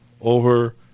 over